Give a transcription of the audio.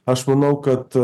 aš manau kad